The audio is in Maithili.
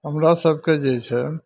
हमरा सबके जे छै